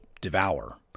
devour